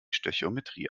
stöchiometrie